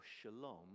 shalom